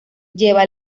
lleva